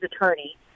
attorney